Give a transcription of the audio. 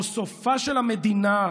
או סופה של המדינה,